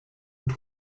und